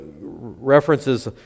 references